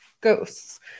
ghosts